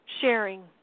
sharing